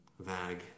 Vag